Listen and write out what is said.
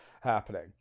happening